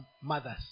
Mothers